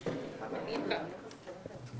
(יו"ר ועדת הפנים והגנת הסביבה):